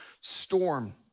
storm